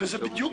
זה ייטיב?